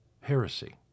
heresy